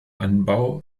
anbau